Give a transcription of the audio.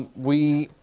we.